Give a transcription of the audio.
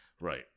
Right